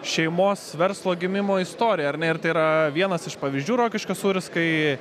šeimos verslo gimimo istoriją ar ne ir tai yra vienas iš pavyzdžių rokiškio sūris kai